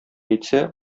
әйтсә